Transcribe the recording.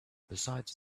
besides